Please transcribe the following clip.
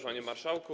Panie Marszałku!